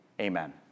Amen